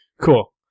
Cool